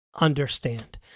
understand